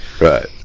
right